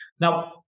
Now